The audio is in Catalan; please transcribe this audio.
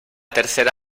tercera